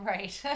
Right